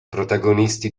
protagonisti